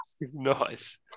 Nice